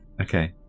Okay